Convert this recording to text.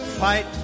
Fight